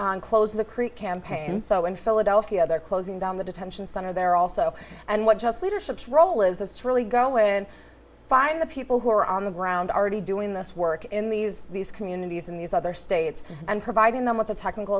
close the creek campaign so in philadelphia they're closing down the detention center there also and what just leadership role is this really go and find the people who are on the ground already doing this work in these these communities in these other states and providing them with the technical